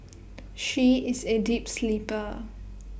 she is A deep sleeper